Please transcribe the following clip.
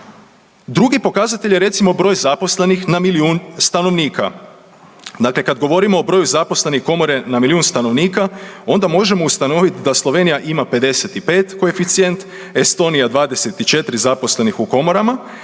Drugi pokazatelj je recimo broj zaposlenih na milijun stanovnika. Dakle, kada govorimo o broju zaposlenih komore na milijun stanovnika onda možemo ustanoviti da Slovenija ima 55 koeficijent, Estonija 24 zaposlenih u komorama,